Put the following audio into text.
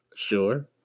Sure